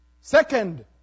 Second